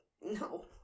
no